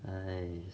!ai!